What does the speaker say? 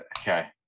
okay